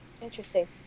Interesting